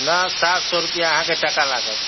न सात सए रुपैआ अहाँके टका लागत